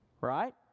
Right